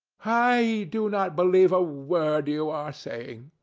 i do not believe a word you are saying.